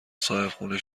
صاحبخونه